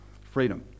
Freedom